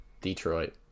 Detroit